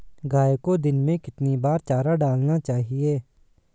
गाय को दिन में कितनी बार चारा डालना चाहिए?